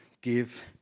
give